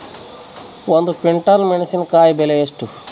ಒಂದು ಕ್ವಿಂಟಾಲ್ ಮೆಣಸಿನಕಾಯಿ ಬೆಲೆ ಎಷ್ಟು?